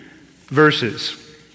verses